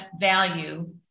value